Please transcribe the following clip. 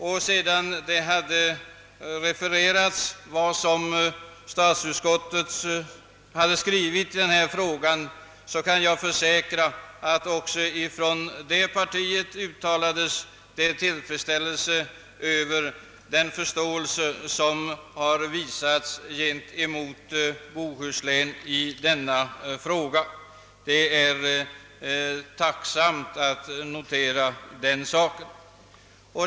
Efter ett referat av utskottets skrivning i denna fråga uttalades — det kan jag försäkra — också från detta parti tillfredsställelse över den förståelse som har visats gentemot Bohuslän.